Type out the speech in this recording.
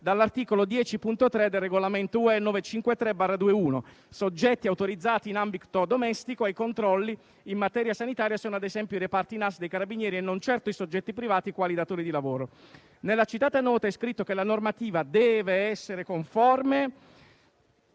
all'articolo 10.3 del Regolamento UE 953 del 2021 (soggetti autorizzati in ambito "domestico" ai controlli, in materia sanitaria, sono, ad esempio, i reparti NAS dei Carabinieri e non certo i soggetti privati quali i datori di lavoro); nella citata nota è scritto che la normativa interna deve essere "conforme